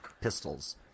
pistols